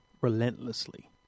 relentlessly